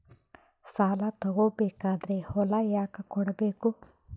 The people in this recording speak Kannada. ಸಾಲ ತಗೋ ಬೇಕಾದ್ರೆ ಹೊಲ ಯಾಕ ಕೊಡಬೇಕು?